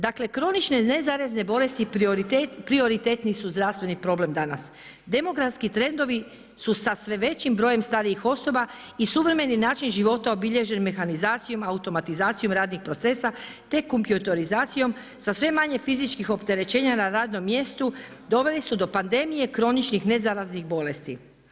Dakle kronične nezarazne bolesti prioritetni su zdravstveni problem danas, demografski trendovi su sa sve većim brojem starijih osoba, i suvremeni način života obilježen mehanizacijom, automatizacijom radnih procesa te kompjutorizacijom sa sve manje fizičkih opterećenja na radnom mjestu, doveli su do pandemije kroničnih nezaraznih bolesti.